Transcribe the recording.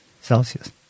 Celsius